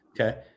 Okay